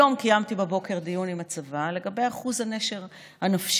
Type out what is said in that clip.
היום בבוקר קיימתי דיון עם הצבא לגבי אחוז הנשר הנפשי.